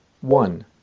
one